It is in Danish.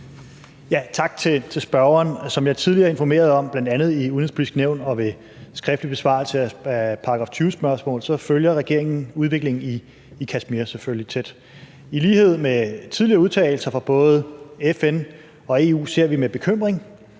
Tak til spørgeren. Som jeg tidligere har informeret om bl.a. i Det Udenrigspolitiske Nævn og ved skriftlig besvarelse af § 20-spørgsmål, følger regeringen selvfølgelig udviklingen i Kashmir tæt. I lighed med tidligere udtalelser fra både FN og EU ser vi med bekymring